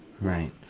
Right